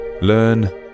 Learn